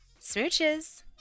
Smooches